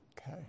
Okay